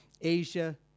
Asia